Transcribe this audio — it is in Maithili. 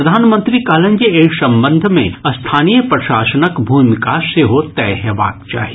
प्रधानमंत्री कहलनि जे एहि संबंध मे स्थानीय प्रशासनक भूमिका सेहो तय हेबाक चाही